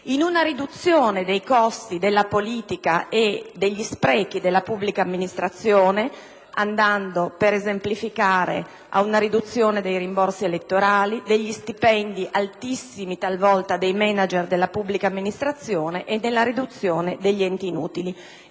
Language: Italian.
in una riduzione dei costi della politica e degli sprechi della pubblica amministrazione, andando, per esemplificare, ad una riduzione dei rimborsi elettorali e degli stipendi, altissimi talvolta, dei manager della pubblica amministrazione, e alla soppressione di enti inutili;